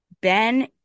Ben